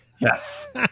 Yes